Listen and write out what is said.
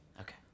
Okay